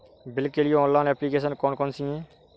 Bill के लिए online application कौन कौन सी हैं?